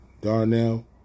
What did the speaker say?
Darnell